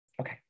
okay